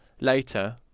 Later